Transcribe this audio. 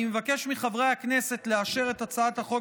אני מבקש מחברי הכנסת לאשר את הצעת החוק